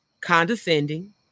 condescending